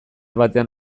batean